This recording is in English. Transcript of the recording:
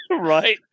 Right